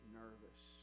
nervous